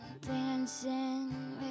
dancing